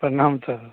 प्रणाम सर